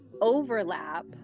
overlap